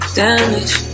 damage